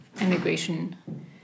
immigration